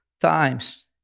times